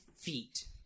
Feet